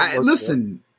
Listen